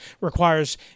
requires